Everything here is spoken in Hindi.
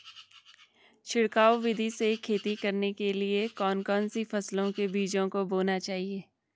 छिड़काव विधि से खेती करने के लिए कौन कौन सी फसलों के बीजों को बोना चाहिए?